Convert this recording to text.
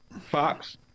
Fox